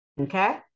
okay